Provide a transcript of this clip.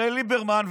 הרי ליברמן,